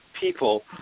people